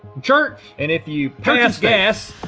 church! and if you pass gas.